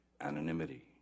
anonymity